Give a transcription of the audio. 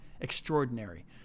extraordinary